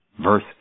verse